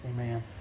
Amen